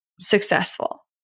successful